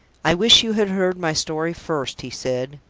i wish you had heard my story first, he said.